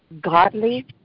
godly